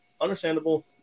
Understandable